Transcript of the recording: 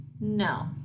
no